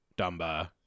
Dumba